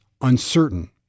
uncertain